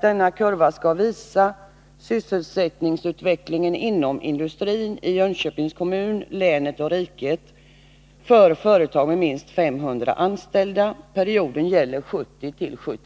Bilden visar sysselsättningsutvecklingen inom industrin i Jönköpings kommun, Jönköpings län och riket för företag med minst 5 anställda. Den period som redovisas är perioden